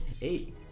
Eight